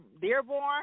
Dearborn